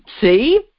See